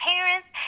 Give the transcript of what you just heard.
parents